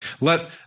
Let